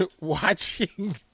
watching